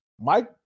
Mike